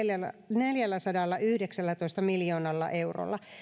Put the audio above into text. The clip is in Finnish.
neljälläsadallayhdeksällätoista miljoonalla eurolla